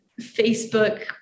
facebook